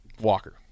Walker